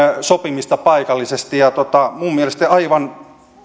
sopimista paikallisesti ja minun mielestäni aivan